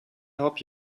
help